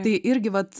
tai irgi vat